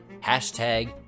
Hashtag